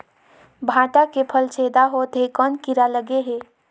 भांटा के फल छेदा होत हे कौन कीरा लगे हे?